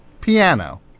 Piano